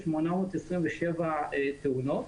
827 תאונות.